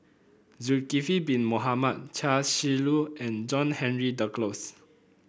Zulkifli Bin Mohamed Chia Shi Lu and John Henry Duclos